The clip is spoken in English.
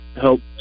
help